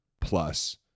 plus